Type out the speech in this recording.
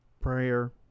Prayer